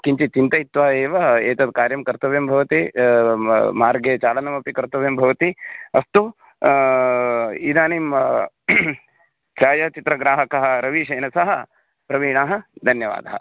किञ्चित् चिन्तयित्वा एव एतत् कार्यं कर्तव्यं भवति मार्गे चालनमपि कर्तव्यं भवति अस्तु इदानीं छायाचित्रग्राहकः रवीशेन सह प्रवीणः धन्यवादः